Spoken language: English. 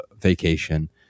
vacation